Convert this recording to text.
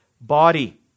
body